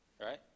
right